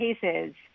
cases—